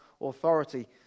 authority